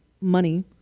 money